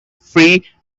free